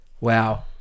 Wow